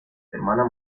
hermana